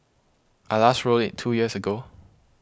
I last rode it two years ago